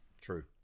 True